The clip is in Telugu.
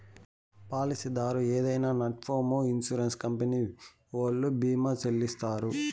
పాలసీదారు ఏదైనా నట్పూమొ ఇన్సూరెన్స్ కంపెనీ ఓల్లు భీమా చెల్లిత్తారు